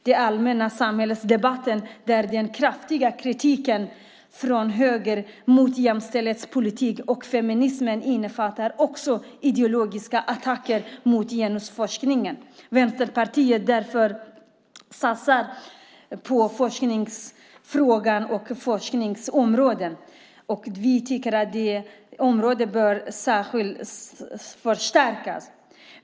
Den kraftiga kritiken i den allmänna samhällsdebatten från höger mot jämställdhetspolitik och feminism innefattar också ideologiska attacker mot genusforskningen. Vänsterpartiet anser därför att man ska satsa på detta forskningsområde och att det bör förstärkas.